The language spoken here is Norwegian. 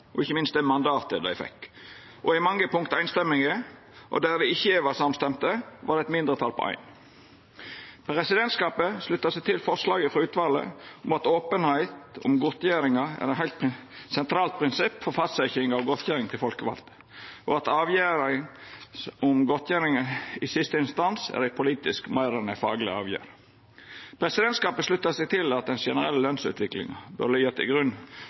og ikkje minst det mandatet dei fekk. Utvalet er samrøystes i mange punkt, og der dei ikkje er samstemte, har det vore eit mindretal på éin. Presidentskapet sluttar seg til forslaget frå utvalet om at openheit om godtgjeringane er eit heilt sentralt prinsipp for fastsetjing av godtgjering til folkevalde, og at avgjerder om godtgjeringane i siste instans er ei politisk meir enn ei fagleg avgjerd. Presidentskapet sluttar seg til at den generelle lønsutviklinga bør liggja til grunn